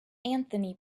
anthony